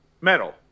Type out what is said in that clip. Metal